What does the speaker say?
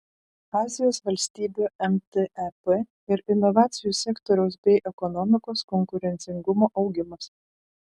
azijos valstybių mtep ir inovacijų sektoriaus bei ekonomikos konkurencingumo augimas